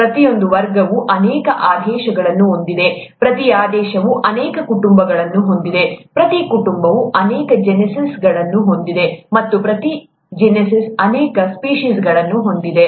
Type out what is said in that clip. ಪ್ರತಿಯೊಂದು ವರ್ಗವು ಅನೇಕ ಆದೇಶಗಳನ್ನು ಹೊಂದಿದೆ ಪ್ರತಿ ಆದೇಶವು ಅನೇಕ ಕುಟುಂಬಗಳನ್ನು ಹೊಂದಿದೆ ಪ್ರತಿ ಕುಟುಂಬವು ಅನೇಕ ಜೀನ್ಸಾಸ್ಗಳನ್ನು ಹೊಂದಿದೆ ಮತ್ತು ಪ್ರತಿ ಜೀನಸ್ ಅನೇಕ ಸ್ಪೀಷೀಸ್ಗಳನ್ನು ಹೊಂದಿದೆ